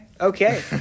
Okay